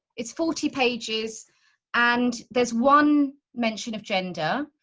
it's forty pages and there's one mention of gender,